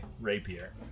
rapier